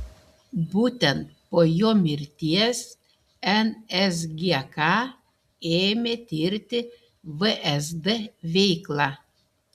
būtent po jo mirties nsgk ėmė tirti vsd veiklą